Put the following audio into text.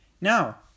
Now